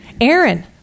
Aaron